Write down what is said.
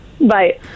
Bye